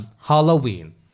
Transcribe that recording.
Halloween